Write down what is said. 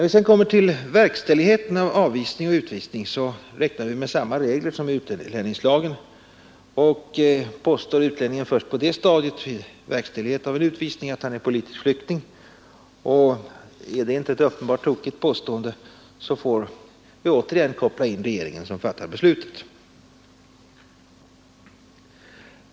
I fråga om verkställighet av avvisning och utvisning avses samma regler som i utlänningslagen komma att gälla. Påstår utlänningen att han är politisk flykting och är påståendet inte uppenbart oriktigt, skall emellertid verkställighetsfrågan underställas regeringen.